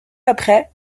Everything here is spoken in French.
après